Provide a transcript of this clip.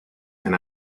and